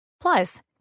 Plus